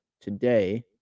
today